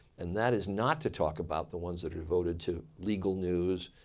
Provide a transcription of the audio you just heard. and that is not to talk about the ones that are devoted to legal news,